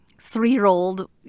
three-year-old